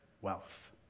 wealth